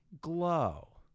glow